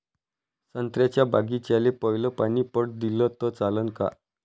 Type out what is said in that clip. संत्र्याच्या बागीचाले पयलं पानी पट दिलं त चालन का?